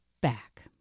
back